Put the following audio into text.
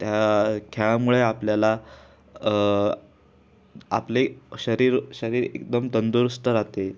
त्या खेळामुळे आपल्याला आपले शरीर शरीर एकदम तंदुरुस्त राहते